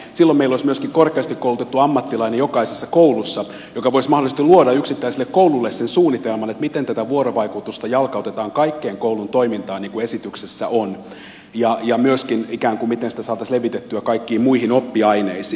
silloin meillä olisi myöskin jokaisessa koulussa korkeasti koulutettu ammattilainen joka voisi mahdollisesti luoda yksittäiselle koululle sen suunnitelman miten tätä vuorovaikutusta jalkautetaan kaikkeen koulun toimintaan niin kuin esityksessä on ja miten sitä myöskin saataisiin levitettyä kaikkiin muihin oppiaineisiin